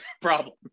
problem